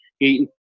eating